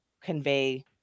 convey